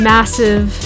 Massive